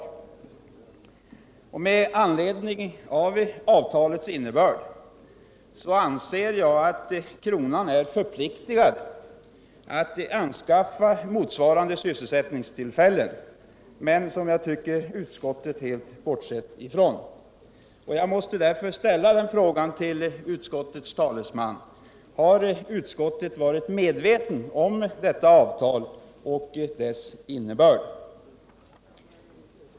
Med anledning av avtalets innebörd anser jag att kronan är förpliktigad att anskaffa motsvarande antal sysselsättningstillfällen, något som jag tycker att utskottet helt har bortsett från. Jag måste därför fråga utskottets talesman: Har utskottet varit medvetet om detta avtal och dess innebörd?